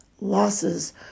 losses